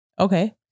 Okay